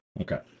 Okay